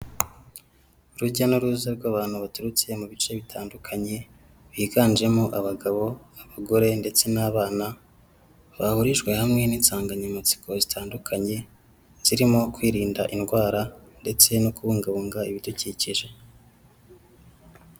Urujya n'uruza rw'abantu baturutse mu bice bitandukanye biganjemo abagabo, abagore ndetse n'abana. Bahurijwe hamwe n'insanganyamatsiko zitandukanye zirimo kwirinda indwara ndetse no kubungabunga ibidukikije.